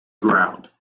ground